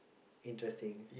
interesting